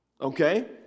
Okay